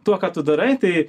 tuo ką tu darai tai